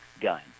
gun